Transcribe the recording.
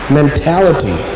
mentality